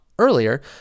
earlier